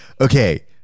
Okay